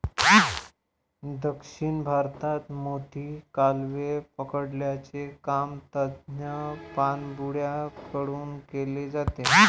दक्षिण भारतात मोती, कालवे पकडण्याचे काम तज्ञ पाणबुड्या कडून केले जाते